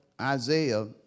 Isaiah